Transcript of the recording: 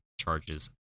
charges